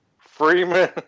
Freeman